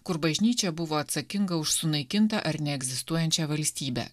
kur bažnyčia buvo atsakinga už sunaikintą ar neegzistuojančią valstybę